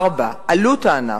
4. עלות הענף,